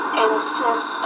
insist